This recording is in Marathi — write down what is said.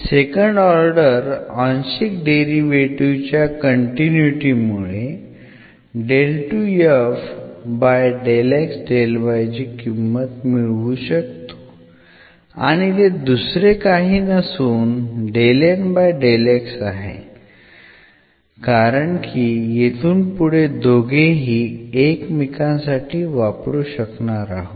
सेकंड ऑर्डर आंशिक डेरिव्हेटीव्ह च्या कंटिन्यूटी मुळे ची किंमत मिळवू शकतो आणि ते दुसरे काही नसून आहे कारण की येथून पुढे दोघेही एकमेकांसाठी वापरू शकणार आहोत